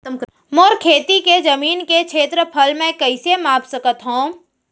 मोर खेती के जमीन के क्षेत्रफल मैं कइसे माप सकत हो?